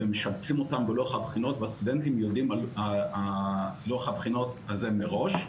ומשבצים אותם בלוח הבחינות והסטודנטים יודעים על לוח הבחינות הזה מראש.